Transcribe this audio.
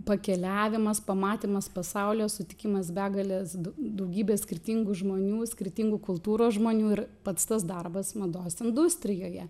pakeliavimas pamatymas pasaulio sutikimas begalės daugybės skirtingų žmonių skirtingų kultūrų žmonių ir pats tas darbas mados industrijoje